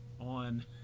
on